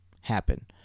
happen